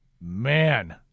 Man